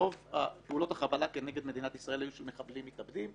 רוב פעולות החבלה כנגד מדינת ישראל היו של מחבלים מתאבדים.